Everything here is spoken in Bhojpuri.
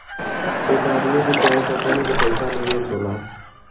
एक आदमी के चाहे कंपनी के पइसा निवेश होला